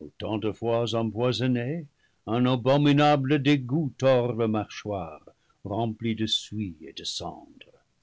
autant de fois empoisonnés un abominable dégoût tord leurs mâchoires remplies de suie et de cendres